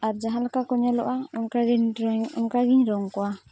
ᱟᱨ ᱡᱟᱦᱟᱸᱞᱮᱠᱟ ᱠᱚ ᱧᱮᱞᱚᱜᱼᱟ ᱚᱱᱠᱟᱜᱮᱧ ᱰᱨᱚᱭᱤᱝ ᱚᱱᱠᱟᱜᱮᱧ ᱨᱚᱝ ᱠᱚᱣᱟ